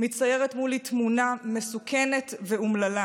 מצטיירת מולי תמונה מסוכנת ואומללה